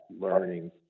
learning